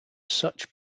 such